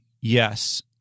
yes